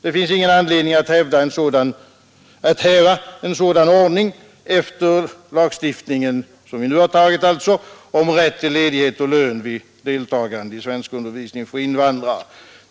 Det finns ingen anledning att häva en sådan ordning efter den lagstiftning som vi nu beslutat om i fråga om rätt till ledighet och lön vid deltagande i svenskundervisningen för invandrare.